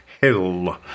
Hill